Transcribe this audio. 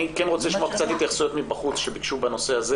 אני רוצה לשמוע התייחסויות מבחוץ בנושא הזה.